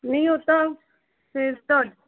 ਨਹੀਂ ਉਹ ਤਾਂ ਫੇਰ ਤੁਹ